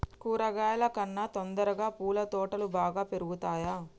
కూరగాయల కన్నా తొందరగా పూల తోటలు బాగా పెరుగుతయా?